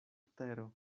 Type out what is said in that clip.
tero